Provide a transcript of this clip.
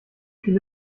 viele